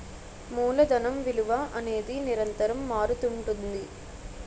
మూలధనం విలువ అనేది నిరంతరం మారుతుంటుంది